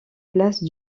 place